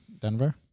Denver